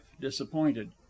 disappointed